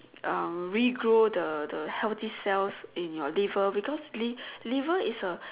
uh regrow the the healthy cells in your liver because liv~ liver is a